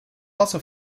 also